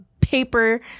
paper